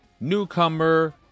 newcomer